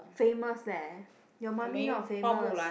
famous leh your mummy not famous